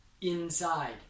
inside